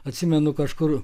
atsimenu kažkur